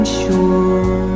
sure